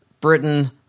Britain